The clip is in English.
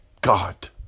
God